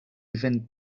fynd